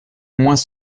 moins